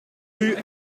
rue